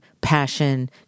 passion